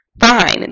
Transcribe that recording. fine